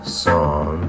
song